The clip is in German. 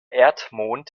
erdmond